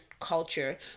culture